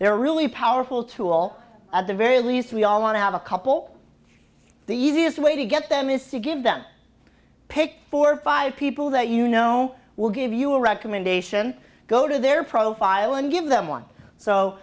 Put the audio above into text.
they're really powerful to all at the very least we all want to have a couple the easiest way to get them is to give them pick four or five people that you know will give you a recommendation go to their profile and give them one so